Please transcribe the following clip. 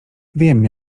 wiem